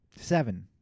Seven